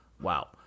wow